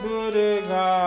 Durga